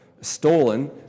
stolen